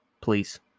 Please